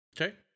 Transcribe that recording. Okay